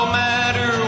matter